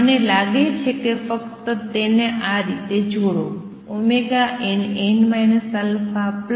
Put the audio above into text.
મને લાગે છે કે ફક્ત તેને આ રીતે જોડો nn αn αn α β